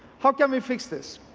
how can we fix this?